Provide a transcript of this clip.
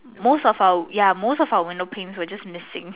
most of our ya most of our windows were just missing